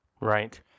Right